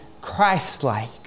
Christ-like